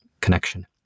connection